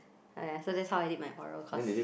aiyah so that's how I did my oral course